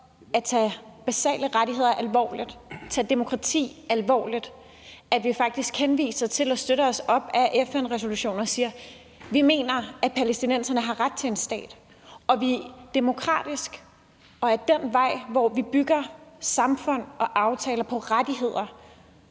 at tage basale rettigheder alvorligt og tage demokratiet alvorligt, i forhold til at vi faktisk henviser til og støtter os op ad FN-resolutionen og siger, at vi mener, at palæstinenserne har ret til en stat, og at vi demokratisk arbejder for og går ad den vej, hvor vi bygger samfund og aftaler på rettigheder?